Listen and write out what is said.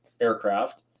aircraft